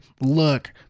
look